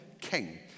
king